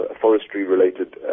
forestry-related